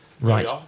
Right